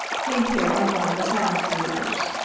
came here on one of the sound steamers.